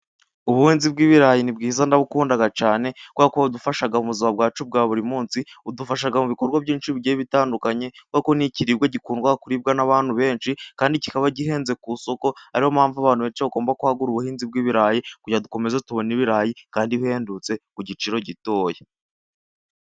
Ubuhinnzi bw'ibirayi ni bwiza ndabukunda cyane, kuko budufasha mu buzima bwacu bwa buri munsi, budufasha mu bikorwa byinshi bigiye bitandukanye, kubera ko ni ikiribwa gikundwa kuribwa n'abantu benshi, kandi kikaba gihenze ku isoko, ariyo mpamvu abantu benshi bagomba kwagura ubuhinzi bw'ibirayi, kugira ngo dukomeze tubone ibirayi, kandi bihendutse ku giciro gitoya.